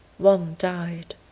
one died.